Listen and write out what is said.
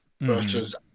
versus